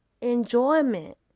enjoyment